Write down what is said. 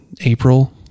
April